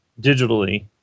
digitally